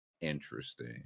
Interesting